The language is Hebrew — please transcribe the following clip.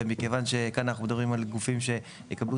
ומכיוון שכאן אנחנו מדברים על גופים שיקבלו